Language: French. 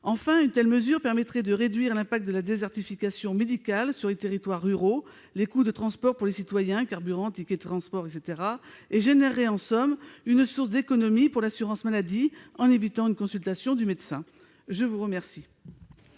Enfin, une telle mesure permettrait de réduire l'impact de la désertification médicale sur les territoires ruraux, les coûts de transports pour les citoyens- carburant, tickets de transport ...-, et représenterait une source d'économies pour l'assurance maladie en évitant une consultation du médecin. Quel